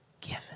given